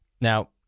Now